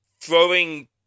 throwing